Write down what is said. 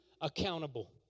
accountable